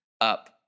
up